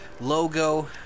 logo